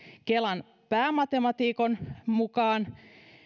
kelan päämatemaatikon mukaan